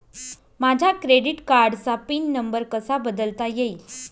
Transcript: माझ्या क्रेडिट कार्डचा pin number कसा बदलता येईल?